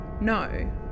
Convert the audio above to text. No